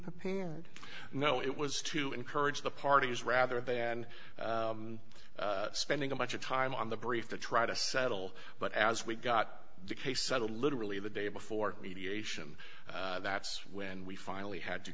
prepared you know it was to encourage the parties rather than spending a bunch of time on the brief to try to settle but as we got the case subtle literally the day before mediation that's when we finally had to